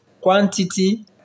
quantity